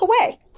away